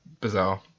bizarre